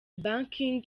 banking